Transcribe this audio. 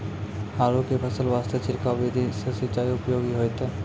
आलू के फसल वास्ते छिड़काव विधि से सिंचाई उपयोगी होइतै?